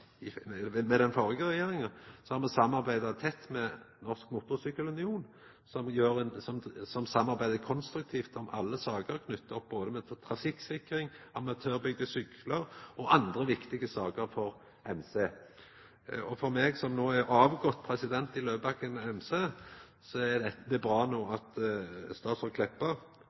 den førre regjeringa, har me samarbeidd tett med Norsk Motorcykkel Union, som samarbeider konstruktivt om alle saker knytte opp mot både trafikksikring, amatørbygde syklar og andre viktige saker for MC. For meg som no er avgått president i Løvebakken MC-klubb, er det bra at statsråd Meltveit Kleppa